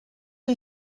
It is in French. les